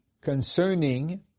concerning